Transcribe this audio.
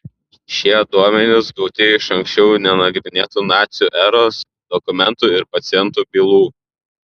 šie duomenys gauti iš anksčiau nenagrinėtų nacių eros dokumentų ir pacientų bylų